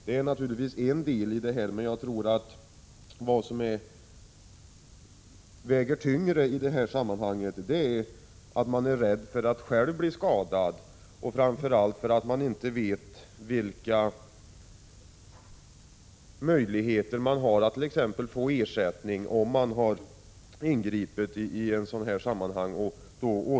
Det är naturligtvis en del i det här, men vad som väger tyngre tror jag är att man är rädd att själv bli skadad och inte vet vilka möjligheter man har att få ersättning, om man ådrar sig en skada efter ett ingripande.